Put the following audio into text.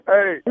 Hey